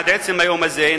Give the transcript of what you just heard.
עד עצם היום הזה,